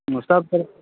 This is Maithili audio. सब तरह